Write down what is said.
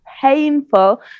painful